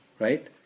Right